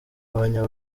abanya